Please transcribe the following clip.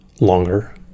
longer